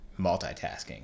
multitasking